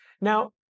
Now